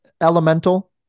Elemental